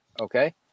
okay